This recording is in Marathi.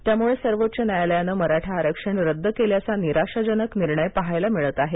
त्यामुळं सर्वोच्च न्यायालयानं मराठा आरक्षण रद्द केल्याचा निराशाजनक निर्णय पाहायला मिळत आहे